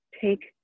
take